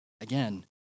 again